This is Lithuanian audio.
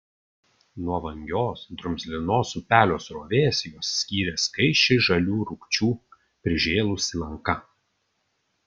nuo vangios drumzlinos upelio srovės juos skyrė skaisčiai žalių rūgčių prižėlusi lanka